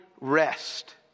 rest